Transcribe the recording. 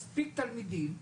מספיק תלמידים,